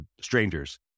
strangers